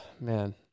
man